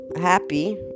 happy